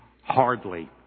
hardly